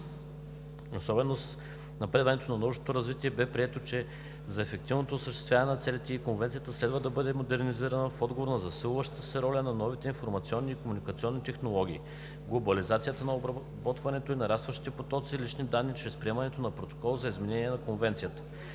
особено с напредването на научното развитие, бе прието, че за ефективното осъществяване на целите ѝ Конвенцията следва да бъде модернизирана в отговор на засилваща се роля на новите информационни и комуникационни технологии, глобализацията на обработването и нарастващите потоци лични данни чрез приемане на Протокол за изменение на Конвенцията.